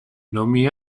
nommé